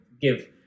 give